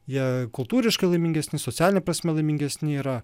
jie kultūriškai laimingesni socialine prasme laimingesni yra